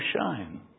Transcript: shine